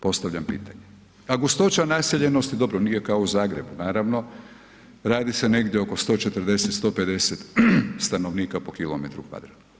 Postavljam pitanje. a gustoća naseljenosti, dobro, nije kao u Zagrebu, naravno, radi se negdje oko 140, 150 stanovnika po km kvadratnom.